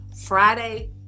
Friday